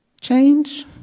change